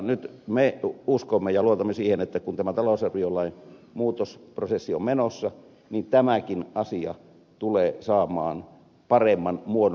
nyt me uskomme ja luotamme siihen että kun tämä talousarviolain muutosprosessi on menossa niin tämäkin asia tulee saamaan paremman muodon